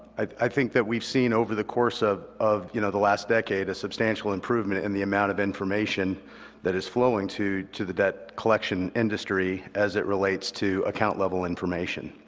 i think that we've seen over the course of of you know the last decade a substantial improvement in the amount of information that is flowing to to the debt collection industry as it relates to account-level information.